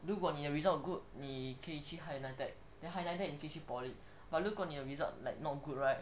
如果你的 result good 你可以去 higher NITEC then higher NITEC 你可以去 poly but 如果你的 result like not good right